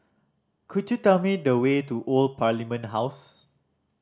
could you tell me the way to Old Parliament House